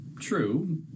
true